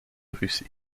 russie